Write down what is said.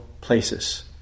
places